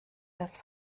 das